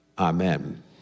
Amen